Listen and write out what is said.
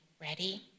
Ready